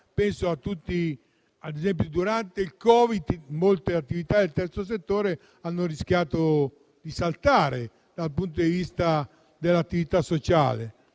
la socialità. Ad esempio, durante il Covid molte attività del Terzo settore hanno rischiato di saltare dal punto di vista dell'attività sociale;